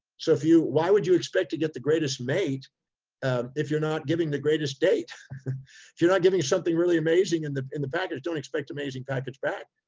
so if you, why would you expect to get the greatest mate if you're not giving the greatest date, if you're not giving something really amazing in the, in the package, don't expect amazing package back.